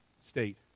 state